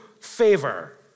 favor